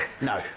No